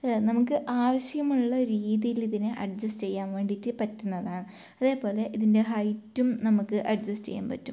നമുക്ക് ആവശ്യമുള്ള രീതിയിൽ ഇതിനെ അഡ്ജസ്റ്റ് ചെയ്യാൻ വേണ്ടിയിട്ട് പറ്റുന്നതാണ് അതേപോലെ ഇതിൻ്റെ ഹൈറ്റും നമുക്ക് അഡ്ജസ്റ്റ് ചെയ്യാൻ പറ്റും